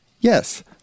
Yes